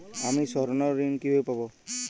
আমি স্বর্ণঋণ কিভাবে পাবো?